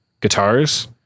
guitars